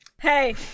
Hey